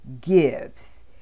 gives